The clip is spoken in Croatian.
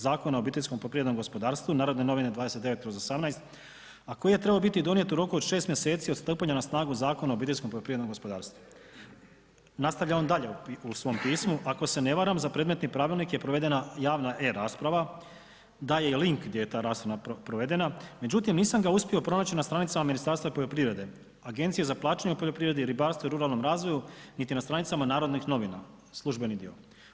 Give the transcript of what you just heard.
Zakona o obiteljskom poljoprivrednom gospodarstvu, Narodne novine 29/18, a koji je trebao biti donijet u roku od 6 mjeseci od stupanja na snagu Zakona o obiteljskom poljoprivrednom gospodarstvu.“ Nastavlja on dalje u svom pismu: „Ako se ne varam za predmetni Pravilnik je provedena javna e-rasprava…“ daje i link gdje je ta rasprava provedena “Međutim, nisam ga uspio pronaći na stranicama Ministarstva poljoprivrede, Agenciji za plaćanje u poljoprivredi i ribarstvu i ruralnom razvoju, niti na stranicama Narodnih novina, Službeni dio.